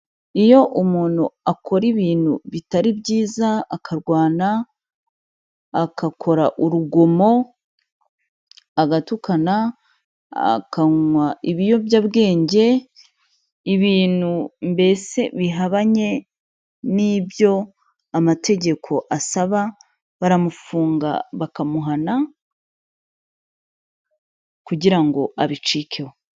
Iyo umuntu akora ibintu bitari byiza akarwana, agakora urugomo, agatukana, akanywa ibiyobyabwenge, ibintu mbese bihabanye n'ibyo amategeko asaba baramufunga bakamuhana kugira ngo abicikeho.